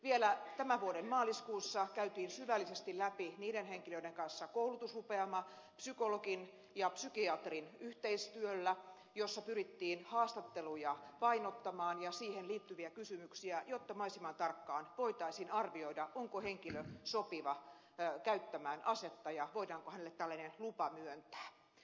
vielä tämän vuoden maaliskuussa käytiin syvällisesti läpi niiden henkilöiden kanssa koulutusrupeama psykologin ja psykiatrin yhteistyöllä jossa pyrittiin haastatteluja painottamaan ja siihen liittyviä kysymyksiä jotta mahdollisimman tarkkaan voitaisiin arvioida onko henkilö sopiva käyttämään asetta ja voidaanko hänelle tällainen lupa myöntää